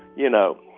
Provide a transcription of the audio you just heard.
you know,